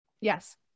yes